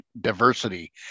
diversity